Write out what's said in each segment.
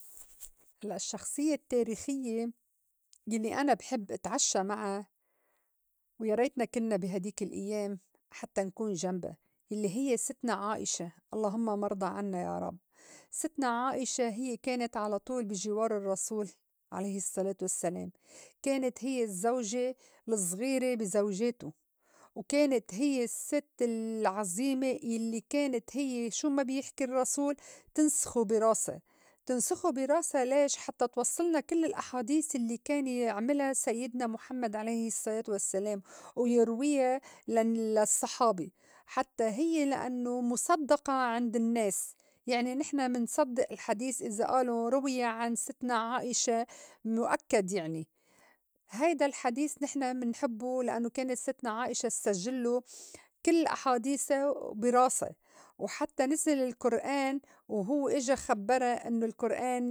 هلّئ الشّخصيّة التاريخيّة يلّي أنا بحب إتعشّى معا ويا ريتنا كِنّا بي هيديك الأيام حتّى نكون جنبى الّي هيّ ستنا عائشة اللهم مرضى عنّا يا رب، ستنا عائشة هيّ كانت على طول بي جوار الرّسول عليه الصّلاة والسّلام كانت هيّ الزّوجة لزغيره بي زوجاته وكانت هيّ السّت العظيمة يلّي كانت هيّ شو ما بيحكي الرّسول تِنْسخو بي راسا تنسِخو براسا ليش؟ حتّى توصّلنا كل الأحاديث الّي كان يعملا سيّدنا محمد عليه الصّلاة والسّلام ويرويا للن للصّحابة حتّى هيّ لإنّو مُصدّقة عند النّاس يعني نحن منصدّق الحديث إذا آلو روي عن ستنا عائشة نؤكّد يعني هيدا الحديث نحن منحبّه لإنّو كانت ستنا عائشة تسجلّو كل أحاديثا بِي راسا وحتّى نزل القرآن وهوّ إجا خبّرا إنّو القرآن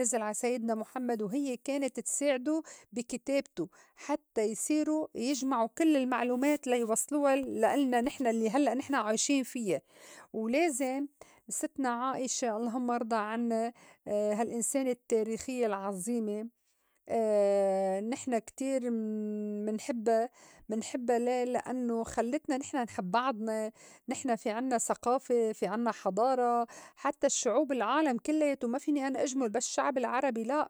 نِزِل عا سيّدنا محمد وهيّ كانت تساعدو بي كتابته حتّى يصيرو يجمعو كل المعلومات ليوصلوا لإلنا نحن الّي هلّأ نحن عايشين فيّا ولازم ستنا عائشة اللهم ارضى عنّا هالإنسانة التاريخيّة العظيمة نحن كتير منحبّا منحبّا لي؟ لإنّو خلّتنا نحن نحب بعضنا نحن في عِنّا ثقافة، في عنّا حضارة، حتّى شعوب العالم كلّياته ما فيني أنا إجمُل بس شّعب العربي لأ.